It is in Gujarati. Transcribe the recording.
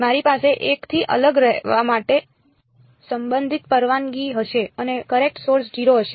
મારી પાસે 1 થી અલગ રહેવા માટે સંબંધિત પરવાનગી હશે અને કરેંટ સોર્સ 0 હશે